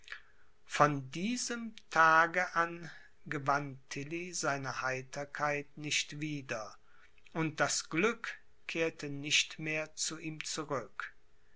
von diesem tage an gewann tilly seine heiterkeit nicht wieder und das glück kehrte nicht mehr zu ihm zurück